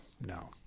no